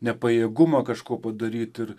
nepajėgumą kažko padaryt ir